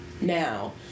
now